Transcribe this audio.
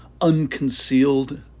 unconcealed